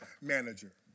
manager